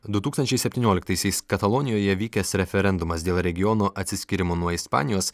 du tūkstančiai septynioliktaisiais katalonijoje vykęs referendumas dėl regiono atsiskyrimo nuo ispanijos